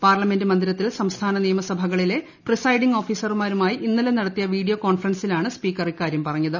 parliament മന്ദിരത്തിൽ സംസ്ഥാന നിയമസഭകളിലെ പ്രിസൈഡിംഗ് ഓഫീസർമാരുമായി ക്ട് ഇന്നലെ നടത്തിയ വീഡിയോ കോൺഫറൻസിലാണ് സ്പീക്കർ ഇക്കാര്യം പറഞ്ഞത്